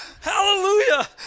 Hallelujah